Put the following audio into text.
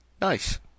Nice